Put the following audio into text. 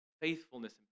faithfulness